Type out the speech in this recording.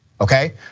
okay